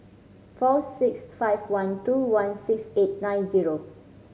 four six five one two one six eight nine zero